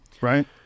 Right